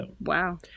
Wow